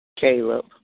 Caleb